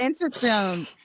interesting